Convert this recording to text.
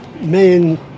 main